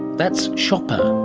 that's chopin,